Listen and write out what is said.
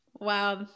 wow